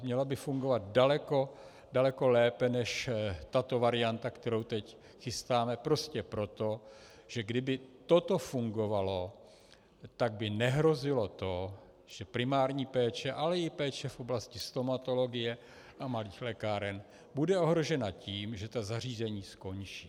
Měla by fungovat daleko lépe než tato varianta, kterou teď chystáme, prostě proto, že kdyby toto fungovalo, tak by nehrozilo to, že primární péče, ale i péče v oblasti stomatologie a malých lékáren bude ohrožena tím, že ta zařízení skončí.